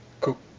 Cool